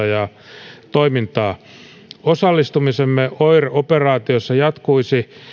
ja neuvonantotoimintaa osallistumisemme operaatiossa jatkuisi